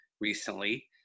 recently